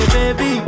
Baby